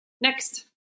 Next